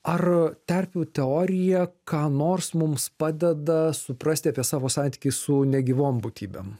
ar terpių teorija ką nors mums padeda suprasti apie savo santykį su negyvom būtybėm